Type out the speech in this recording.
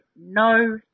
no